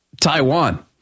Taiwan